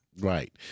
Right